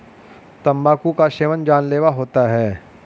तंबाकू का सेवन जानलेवा होता है